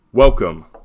Welcome